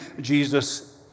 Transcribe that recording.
Jesus